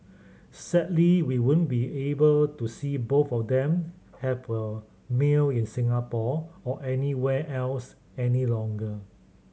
sadly we won't be able to see both of them have a meal in Singapore or anywhere else any longer